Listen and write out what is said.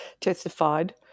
testified